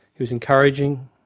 he was encouraging,